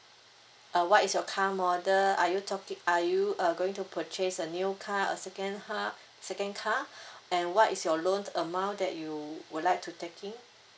uh what is your car model are you taking are you uh going to purchase a new car a second car second car and what is your loan amount that you would like to taking